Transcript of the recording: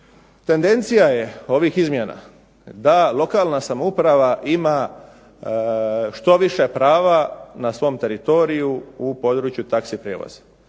Tendencija je ovih izmjena da lokalna samouprava ima što više prava na svom teritoriju u području taksi prijevoza,